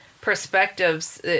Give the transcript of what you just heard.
perspectives